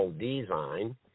design